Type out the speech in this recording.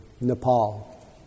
Nepal